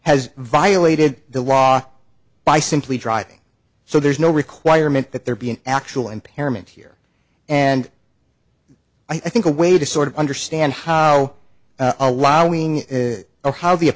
has violated the law by simply driving so there's no requirement that there be an actual impairment here and i think a way to sort of understand how allowing is a how the